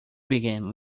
began